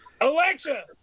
Alexa